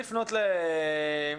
היום.